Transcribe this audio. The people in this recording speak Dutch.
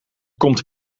komt